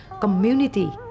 community